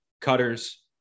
cutters